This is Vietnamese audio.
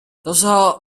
tao